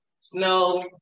snow